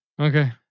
Okay